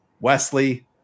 Wesley